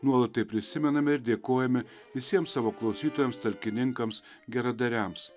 nuolat tai prisimename ir dėkojame visiems savo klausytojams talkininkams geradariams